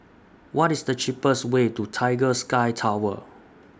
What IS The cheapest Way to Tiger Sky Tower